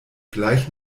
gleich